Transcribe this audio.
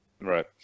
Right